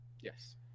Yes